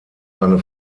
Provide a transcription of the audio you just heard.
seine